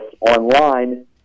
online